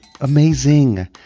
amazing